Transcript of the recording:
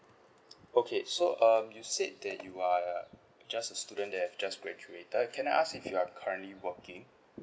okay so uh you said that you are just a student that have just graduated can I ask if you are currently working